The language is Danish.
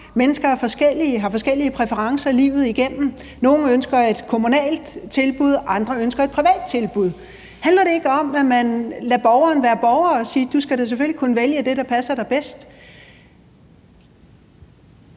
og har forskellige præferencer livet igennem. Nogle ønsker et kommunalt tilbud, mens andre ønsker et privat tilbud. Handler det ikke om, at man lader borgeren være borger og siger: Du skal da selvfølgelig kunne vælge det, der passer dig bedst?